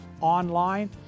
online